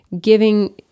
giving